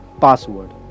password